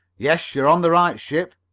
yes, you're on the right ship,